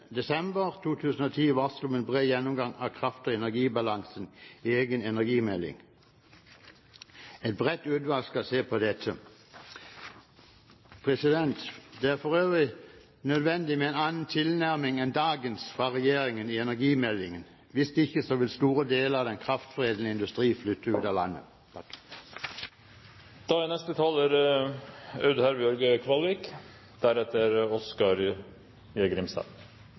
desember 2010 varslet en bred gjennomgang av kraft- og energibalansen i en egen energimelding. Et bredt utvalg skal se på dette. Det er for øvrig nødvendig med en annen tilnærming enn dagens fra regjeringen i energimeldingen. Hvis ikke vil store deler av den kraftforedlende industrien flytte ut av landet. Neste taler er Aud